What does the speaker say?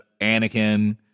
Anakin